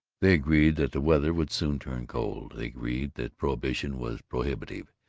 they agreed that the weather would soon turn cold. they agreed that prohibition was prohibitive.